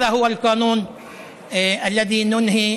(אומר דברים בשפה הערבית, להלן תרגומם: